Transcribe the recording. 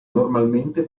normalmente